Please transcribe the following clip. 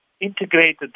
integrated